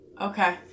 Okay